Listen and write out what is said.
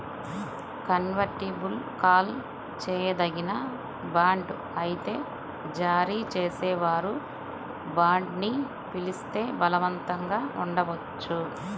convertible call చేయదగిన bond అయితే జారీ చేసేవారు బాండ్ని పిలిస్తే బలవంతంగా ఉండవచ్చు